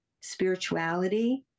spirituality